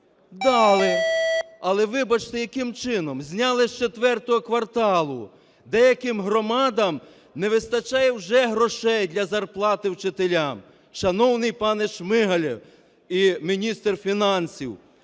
Дали, але, вибачте, яким чином зняли з IV кварталу. Деяким громадам не вистачає вже грошей для зарплати вчителям. Шановний пане Шмигаль і міністр фінансів,